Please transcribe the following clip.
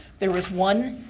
there was one.